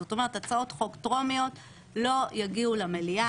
זאת אומרת, הצעות חוק טרומיות לא יגיעו למליאה.